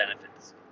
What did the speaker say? benefits